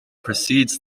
precedes